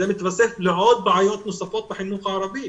זה מתווסף לבעיות נוספות בחינוך הערבי.